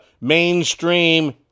mainstream